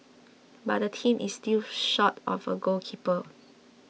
but the team is still short of a goalkeeper